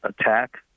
attack